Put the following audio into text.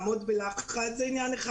ובמיוחד עד גיל 19,